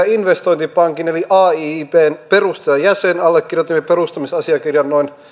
investointipankin eli aiibn perustajajäsen allekirjoitimme perustamisasiakirjan noin